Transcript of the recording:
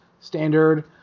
standard